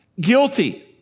guilty